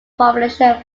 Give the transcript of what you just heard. population